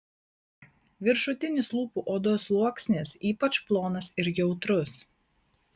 viršutinis lūpų odos sluoksnis ypač plonas ir jautrus